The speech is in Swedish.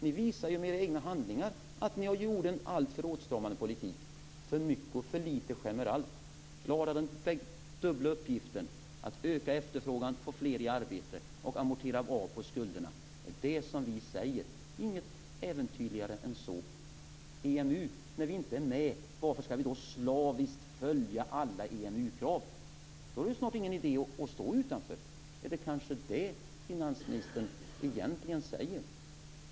Ni visar med era egna handlingar att ni bedrev en alltför åtstramande politik. För mycket och för litet skämmer allt. Klara den dubbla uppgiften att öka efterfrågan och få fler i arbete, och amortera av skulderna! Det är det som vi säger - inget äventyrligare än så. Varför skall vi i Sverige slaviskt följa alla EMU krav när vi ändå inte är med? Då är det ju snart ingen idé att stå utanför. Är det kanske det som finansministern egentligen säger?